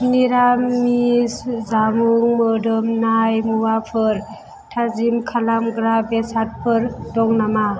निरामिस जामुं मोदोमनाय मुवाफोर थाजिम खालामग्रा बेसादफोर दं नामा